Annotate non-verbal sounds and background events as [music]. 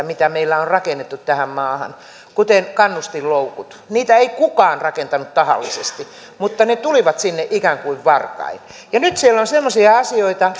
[unintelligible] mitä meillä on rakennettu tähän maahan kuten kannustinloukut niitä ei kukaan rakentanut tahallisesti mutta ne tulivat sinne ikään kuin varkain nyt siellä on semmoisia asioita [unintelligible]